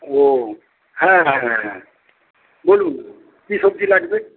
ও হ্যাঁ হ্যাঁ হ্যাঁ হ্যাঁ বলুন কী সবজি লাগবে